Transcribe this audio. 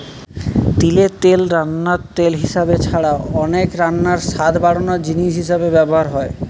তিলের তেল রান্নার তেল হিসাবে ছাড়া অনেক রান্নায় স্বাদ বাড়ানার জিনিস হিসাবে ব্যভার হয়